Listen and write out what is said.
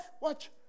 watch